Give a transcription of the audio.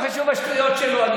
לא חשוב השטויות שלו.